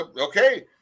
okay